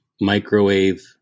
microwave